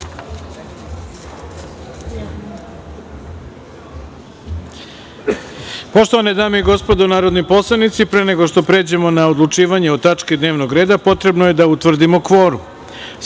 Prijatno. Poštovane dame i gospodo narodni poslanici, pre nego što pređemo na odlučivanje o tački dnevnog reda, potrebno je da utvrdimo